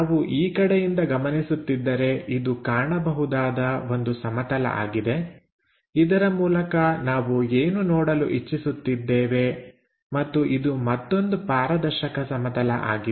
ನಾವು ಈ ಕಡೆಯಿಂದ ಗಮನಿಸುತ್ತಿದ್ದರೆ ಇದು ಕಾಣಬಹುದಾದ ಒಂದು ಸಮತಲ ಆಗಿರುವುದರಿಂದ ಇದರ ಮೂಲಕ ನಾವು ನೋಡಲು ಇಚ್ಚಿಸುತ್ತಿದ್ದೇವೆ ಮತ್ತು ಇದು ಮತ್ತೊಂದು ಪಾರದರ್ಶಕ ಸಮತಲ ಆಗಿದೆ